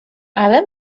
ale